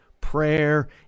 Prayer